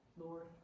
Lord